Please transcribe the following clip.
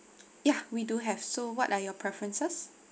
ya we do have so what are your preferences